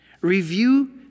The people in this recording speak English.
Review